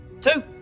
two